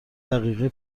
دقیقه